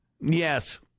Yes